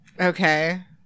Okay